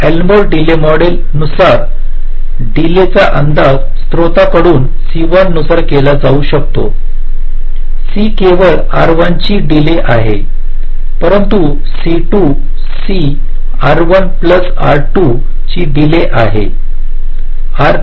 तर Elmore model नुसार डिलेचा अंदाज स्त्रोतांकडून C1 नुसार केला जाऊ शकतो C केवळ R1 ची डिले आहे परंतु C2 C R1 plus R2 ची डिले आहे